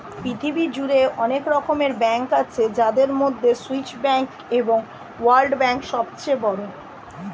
পৃথিবী জুড়ে অনেক রকমের ব্যাঙ্ক আছে যাদের মধ্যে সুইস ব্যাঙ্ক এবং ওয়ার্ল্ড ব্যাঙ্ক সবচেয়ে বড়